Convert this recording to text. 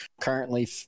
currently